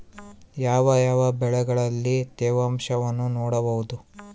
ಯಾವ ಯಾವ ಬೆಳೆಗಳಲ್ಲಿ ತೇವಾಂಶವನ್ನು ನೋಡಬಹುದು?